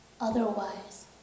otherwise